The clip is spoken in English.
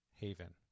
Haven